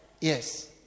Yes